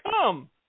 come